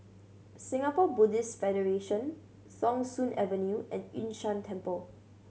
Singapore Buddhist Federation Thong Soon Avenue and Yun Shan Temple